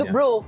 Bro